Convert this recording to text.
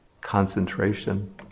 concentration